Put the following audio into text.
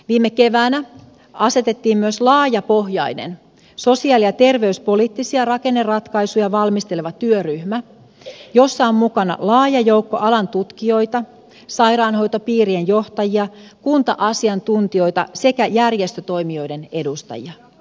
viime keväänä asetettiin myös laajapohjainen sosiaali ja terveyspoliittisia rakenneratkaisuja valmisteleva työryhmä jossa on mukana laaja joukko alan tutkijoita sairaanhoitopiirien johtajia kunta asiantuntijoita sekä järjestötoimijoiden edustajia